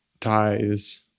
ties